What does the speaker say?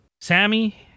Sammy